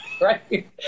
Right